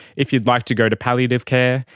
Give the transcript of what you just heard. if you'd like to go to palliative care,